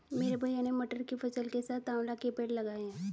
मेरे भैया ने मटर की फसल के साथ आंवला के पेड़ लगाए हैं